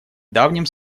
давним